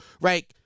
right